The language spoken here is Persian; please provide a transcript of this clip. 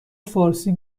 فارسی